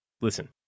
listen